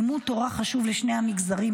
לימוד תורה חשוב לשני המגזרים,